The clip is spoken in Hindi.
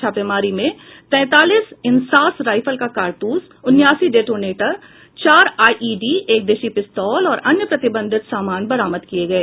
छापेमारी में तैंतालीस इंसास राइफल का कारतूस उनासी डेटोनेटर चार आईईडी एक देशी पिस्तौल और अन्य प्रतिबंधित सामान बरामद किये गये